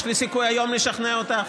יש לי סיכוי היום לשכנע אותך?